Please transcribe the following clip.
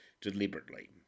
deliberately